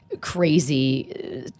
crazy